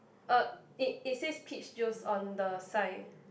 uh it it says peach juice on the sign